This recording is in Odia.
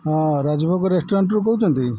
ହଁ ରାଜଭୋଗ ରେଷ୍ଟୁରାଣ୍ଟରୁ କହୁଛନ୍ତି